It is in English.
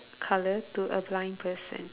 colour to a blind person